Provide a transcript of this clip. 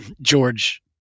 George